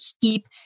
keep